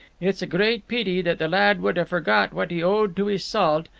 it's a great peety that the lad would ha' forgot what he owed to his salt.